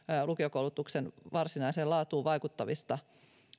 lukiokoulutuksen varsinaiseen laatuun vaikuttavista